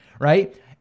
right